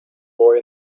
boy